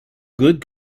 good